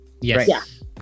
yes